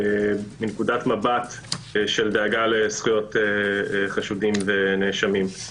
מנקודת מבט של דאגה לזכויות חשודים ונאשמים.